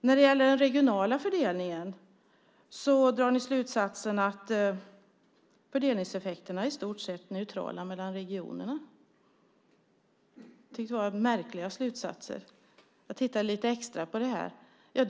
När det gäller den regionala fördelningen drar ni slutsatsen att fördelningseffekterna i stort sett är neutrala mellan regionerna. Jag tycker att detta är märkliga slutsatser. Jag tittade lite extra på detta.